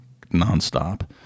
nonstop